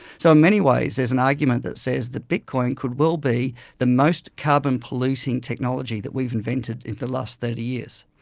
so in many ways there is an argument that says that bitcoin could well be the most carbon polluting technology that we've invented in the last thirty years.